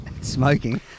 Smoking